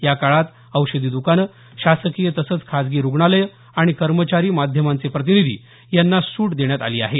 याकाळात औषधी दुकाने शासकीय तसंच खाजगी रूग्णालय आणि कर्मचारी माध्यमांचे प्रतिनिधी यांना सूट देण्यात आली आहे